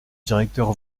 directeur